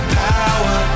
power